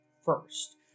first